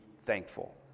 thankful